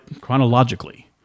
chronologically